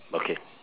okay